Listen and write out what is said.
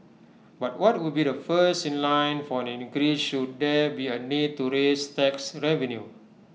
but what would be the first in line for an increase should there be A need to raise tax revenue